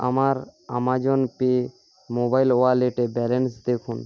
আমার Amazon pay mobile ওয়ালেটে balance দেখুন